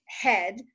head